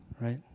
right